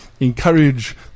encourage